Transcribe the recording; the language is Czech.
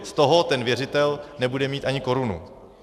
Z toho ten věřitel nebude mít ani korunu.